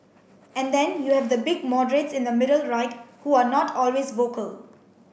and then you have the big moderates in the middle right who are not always vocal